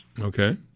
Okay